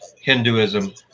Hinduism